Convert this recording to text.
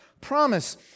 promise